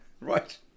right